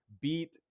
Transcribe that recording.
Beat